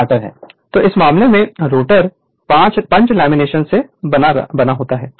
Refer Slide Time 2009 तो इस मामले में रोटर पंच लेमिनेशन से बना होता है